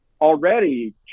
already